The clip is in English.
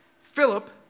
Philip